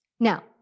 Now